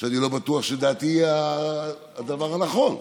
שאני לא בטוח שדעתי היא הדבר הנכון.